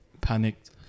panicked